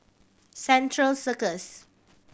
Central Circus